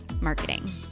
marketing